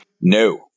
No